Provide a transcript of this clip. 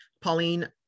Pauline